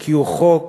כי הוא חוק